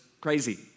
crazy